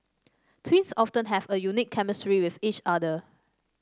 twins often have a unique chemistry with each other